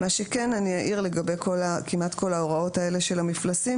אני אעיר לגבי כמעט כל ההוראות האלה של המפלסים.